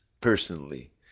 personally